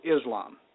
Islam